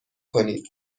کنید